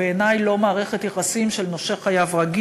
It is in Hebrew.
בעיני זה לא מערכת יחסים רגילה